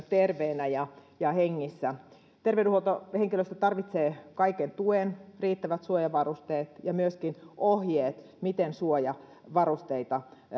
terveenä ja ja hengissä terveydenhuoltohenkilöstö tarvitsee kaiken tuen riittävät suojavarusteet ja myöskin ohjeet miten suojavarusteita